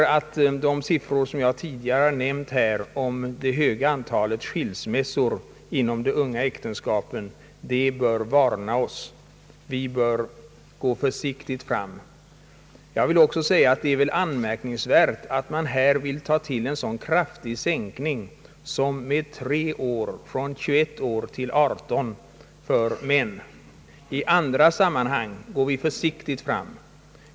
Vad jag tidigare nämnt beträffande det höga antalet skilsmässor inom de unga äktenskapen bör varna oss. Vi bör gå försiktigt fram i denna fråga. Det är f. ö. anmärkningsvärt att man här vill ta till en så kraftig sänkning som med tre år, från 21 år till 18 år. I andra sammanhang går vi försiktigt fram.